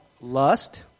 lust